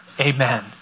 Amen